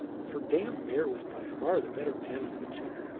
for dame bear was by far the better man of the two.